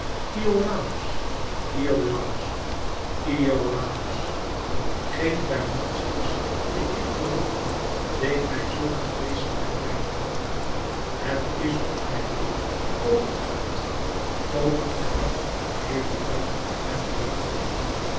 iolàos iolàos iolàos geen der monsters die ik verwon deed mij zulke vreeslijke pijn aan het is of mijn bloed koken gaat koken gaat heviger en heviger